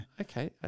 okay